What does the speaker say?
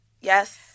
Yes